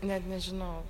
net nežinau